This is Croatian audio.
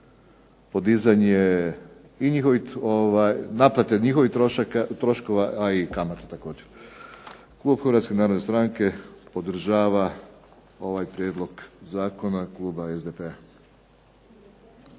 podizanje i naplate njihovih troškova, a i kamata također. Klub Hrvatske narodne stranke podržava ovaj prijedlog zakona kluba SDP-a.